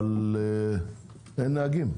אבל אין נהגים.